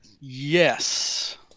Yes